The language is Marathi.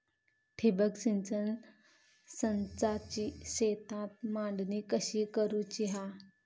ठिबक सिंचन संचाची शेतात मांडणी कशी करुची हा?